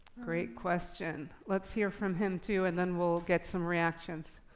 great question. let's hear from him, too, and then we'll get some reactions.